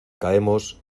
caemos